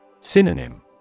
Synonym